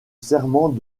serment